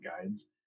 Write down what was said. guides